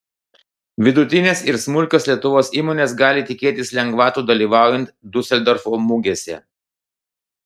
vidutinės ir smulkios lietuvos įmonės gali tikėtis lengvatų dalyvaujant diuseldorfo mugėse